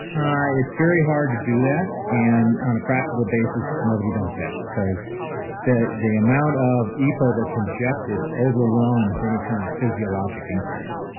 it's very hard to do that and on a practical basis nobody does that because the the amount of epo that's injected overwhelms any kind of physiologic increase